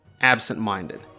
absent-minded